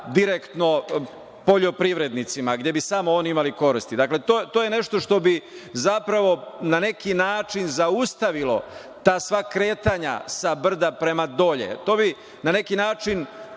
direktno poljoprivrednicima, gde bi oni samo oni imali koristi. Dakle, to je nešto što bi zapravo, na neki način zaustavilo ta sva kretanja sa brda prema dole. To bi na neki način